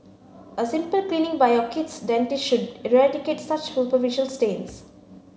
a simple cleaning by your kid's dentist should eradicate such superficial stains